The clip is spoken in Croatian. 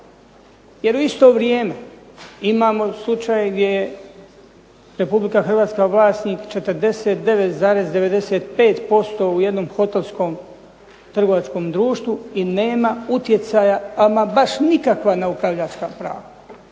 Jer u isto vrijeme imamo slučaj gdje je Republika Hrvatska vlasnik 49,95% u jednom hotelskom trgovačkom društvu i nema utjecaja ama baš nikakva na upravljačka prava.